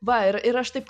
va ir ir aš taip